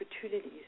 opportunities